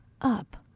up